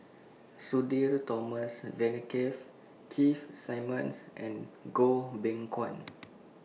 Sudhir Thomas Vadaketh Keith Simmons and Goh Beng Kwan